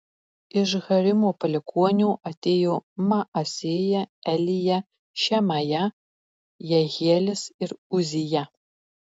iš harimo palikuonių atėjo maasėja elija šemaja jehielis ir uzija